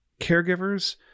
caregivers